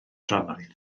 drannoeth